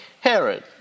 Herod